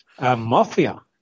Mafia